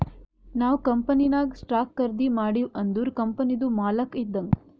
ನಾವ್ ಕಂಪನಿನಾಗ್ ಸ್ಟಾಕ್ ಖರ್ದಿ ಮಾಡಿವ್ ಅಂದುರ್ ಕಂಪನಿದು ಮಾಲಕ್ ಇದ್ದಂಗ್